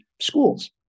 schools